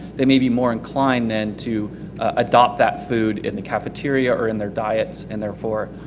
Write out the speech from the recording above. they may be more inclined than to adopt that food in the cafeteria or in their diets and therefore,